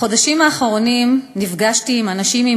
בחודשים האחרונים נפגשתי עם אנשים עם